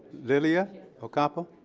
lilia ocampo.